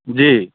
जी